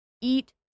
eat